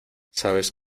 sabes